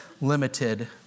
limited